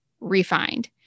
refined